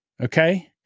Okay